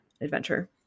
adventure